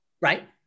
Right